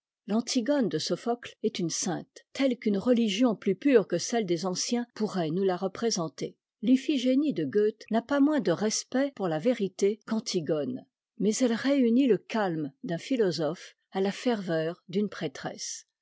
l'antigone de sophocle est une sainte telle qu'une religion plus pure que celle des anciens pourrait nous la représenter l'iphigénie de goethe n'a pas moins de respect pour la vérité qu'antigone mais elle réunit le calme d'un philosophe à la ferveur d'une prêtresse